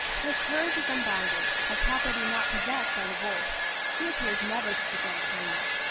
his courage is unbounded, a property not possessed by the wolf he appears never to forget a kindness,